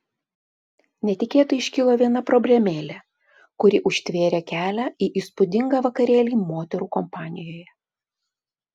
netikėtai iškilo viena problemėlė kuri užtvėrė kelią į įspūdingą vakarėlį moterų kompanijoje